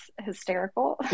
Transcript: hysterical